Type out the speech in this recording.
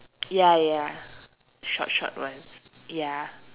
ya ya short short ones ya